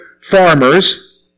farmers